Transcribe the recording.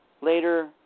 Later